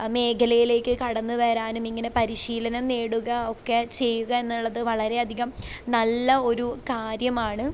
മേഖലയിലേക്ക് കടന്നു വരാനും ഇങ്ങനെ പരിശീലനം നേടുകയൊക്കെ ചെയ്യുക എന്നുള്ളത് വളരെയധികം നല്ല ഒരു കാര്യമാണ്